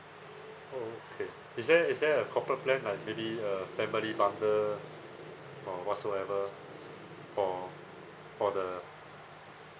oh okay is there is there a corporate plan like maybe a family bundle or whatsoever for for the